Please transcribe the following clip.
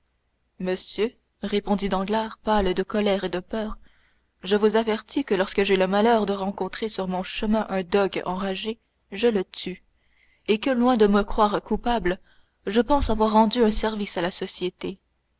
monsieur répondit danglars pâle de colère et de peur je vous avertis que lorsque j'ai le malheur de rencontrer sur mon chemin un dogue enragé je le tue et que loin de me croire coupable je pense avoir rendu un service à la société